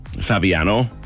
Fabiano